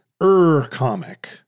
ur-comic